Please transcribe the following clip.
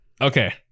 Okay